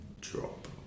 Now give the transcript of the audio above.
drop